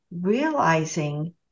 realizing